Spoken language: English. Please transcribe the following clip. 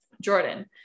Jordan